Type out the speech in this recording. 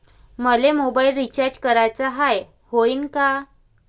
मले mobile recharge कराचा हाय, होईनं का?